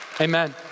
Amen